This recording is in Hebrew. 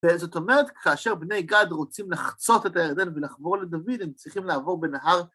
זאת אומרת, כאשר בני גד רוצים לחצות את הירדן ולחבור לדוד, הם צריכים לעבור בנהר.